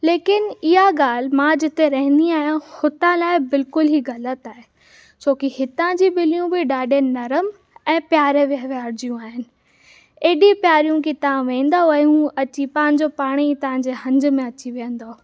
लेकिन इहा ॻाल्हि मां जिते रहंदी आहियां हुतां लाइ बिल्कुलु ई ग़लति आहे छोकी हितां जी ॿिलियूं बि ॾाढी नरमु ऐं प्यारे व्यवहार जूं आहिनि एॾी प्यारियूं कि तव्हां वेंदव ऐं हू पंहिंजो पाण ई तव्हांजे हंज में अची वेहंदव